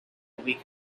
week